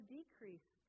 decrease